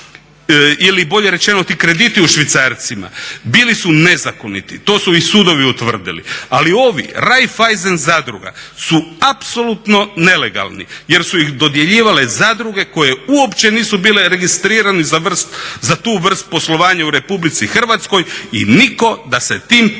ili bolje rečeno ti krediti u švicarcima bili su nezakoniti. To su i sudovi utvrdili. Ali ovi Raiffeisen zadruga su apsolutno nelegalni jer su ih dodjeljivale zadruge koje uopće nisu bile registrirane za tu vrst poslovanja u RH i nitko da se tim pitanjima